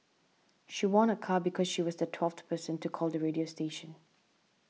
she won a car because she was the twelfth person to call the radio station